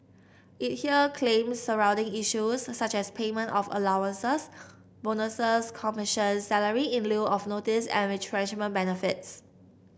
it hear claims surrounding issues such as payment of allowances bonuses commissions salary in lieu of notice and retrenchment benefits